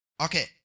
Okay